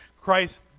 Christ